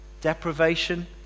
deprivation